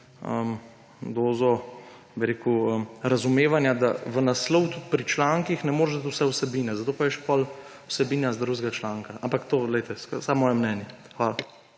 dozo razumevanja, da v naslov tudi pri člankih ne moreš dati vse vsebine, zato pa je potem še vsebina iz drugega članka. Ampak to je samo moje mnenje. Hvala.